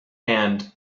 and